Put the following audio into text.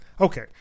Okay